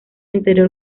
interior